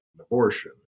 abortion